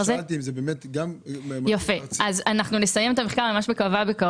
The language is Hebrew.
אני מקווה שנסיים את המחקר ממש בקרוב